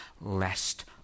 lest